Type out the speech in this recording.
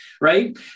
right